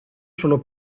solo